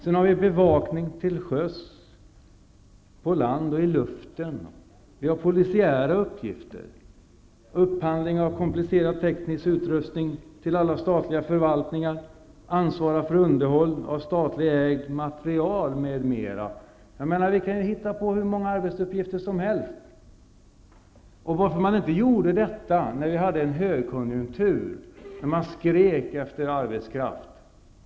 Sedan har vi bevakning till sjöss, på land och i luften. Det finns polisiära uppgifter, upphandling av komplicerad teknisk utrustning till alla statliga förvaltningar, ansvar för underhåll av statligt ägd materiel m.m. Vi kan hitta på hur många arbetsuppgifter som helst. Varför gjorde man ingenting åt detta när vi hade högkonjunktur och alla skrek efter arbetskraft?